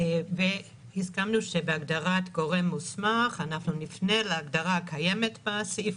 הסכמנו שבהגדרת "גורם מוסמך" אנחנו נפנה להגדרה הקיימת בסעיף